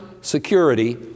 security